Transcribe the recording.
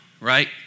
right